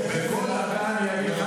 וכל דקה אני אגיד לך